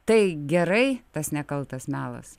tai gerai tas nekaltas melas